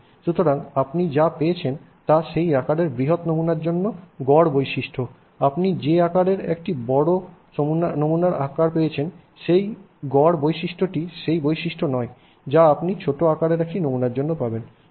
সুতরাং আপনি যা পেয়েছেন তা সেই আকারের বৃহত নমুনার জন্য গড় সম্পত্তি আপনি যে আকারের একটি বড় নমুনার আকার পেয়েছেন সেই গড় বৈশিষ্ট্যটি সেই বৈশিষ্ট্য নয় যা আপনি ছোট আকারের একটি নমুনার জন্য পাবেন